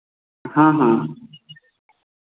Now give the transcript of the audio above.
हाँ हाँ